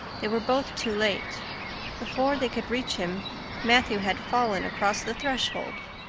they were both too late before they could reach him matthew had fallen across the threshold.